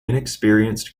inexperienced